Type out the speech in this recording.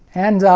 and, ah,